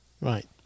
Right